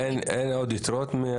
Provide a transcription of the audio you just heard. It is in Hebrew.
אין עוד יתרות?